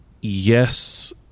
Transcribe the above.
yes